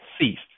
ceased